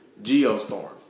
Geostorm